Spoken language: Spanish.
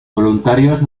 voluntarios